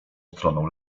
stroną